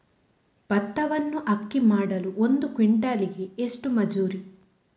ಭತ್ತವನ್ನು ಅಕ್ಕಿ ಮಾಡಲು ಒಂದು ಕ್ವಿಂಟಾಲಿಗೆ ಎಷ್ಟು ಮಜೂರಿ?